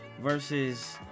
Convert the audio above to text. versus